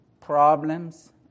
problems